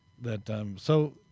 that—so